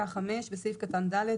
"(5)בסעיף קטן (ד),